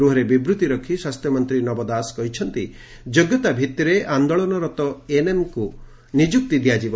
ଗୃହରେ ବିବୃତ୍ତି ରଖି ସ୍ୱାସ୍ଥ୍ୟମନ୍ତୀ ନବ ଦାଶ କହିଛନ୍ତି ଯୋଗ୍ୟତା ଭିତ୍ତିରେ ଆଦୋଳନରତ ଏଏନ୍ଏମ୍ଙ୍କୁ ନିଯୁକ୍ତି ଦିଆଯିବ